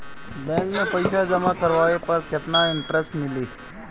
Bank में पईसा जमा करवाये पर केतना इन्टरेस्ट मिली?